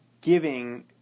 giving